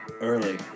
early